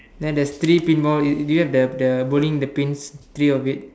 then there three pin ball do you have the the bowling the pins three of it